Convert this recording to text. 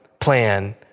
plan